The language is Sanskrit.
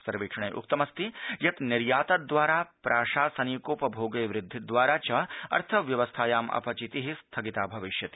सर्वेक्षणे उक्तमस्ति यत् निर्यातद्वारा प्राशासनिकोपभोगे वृद्धिद्वारा च अर्थव्यवस्थायाम् अपचिति स्थगिता भविष्यति